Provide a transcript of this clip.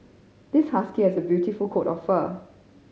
this husky has a beautiful coat of fur